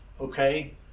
okay